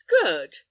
good